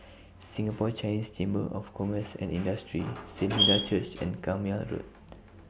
Singapore Chinese Chamber of Commerce and Industry Saint Hilda's Church and Carpmael Road